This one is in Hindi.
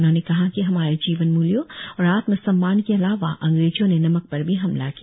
उन्होंने कहा कि हमारे जीवन मूल्यों और आत्म सम्मान के अलावा अंग्रेजों ने नमक पर भी हमला किया